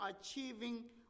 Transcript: achieving